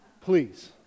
Please